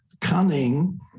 cunning